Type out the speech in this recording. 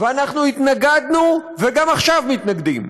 ואנחנו התנגדנו, וגם עכשיו מתנגדים,